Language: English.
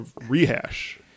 rehash